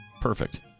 perfect